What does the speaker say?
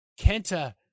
Kenta